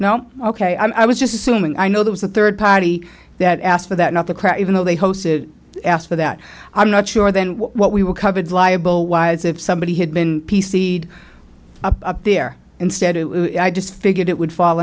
ok i was just assuming i know there was a third party that asked for that not the crap even though they host asked for that i'm not sure then what we were covered liable wise if somebody had been p c up there instead i just figured it would fall